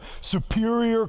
superior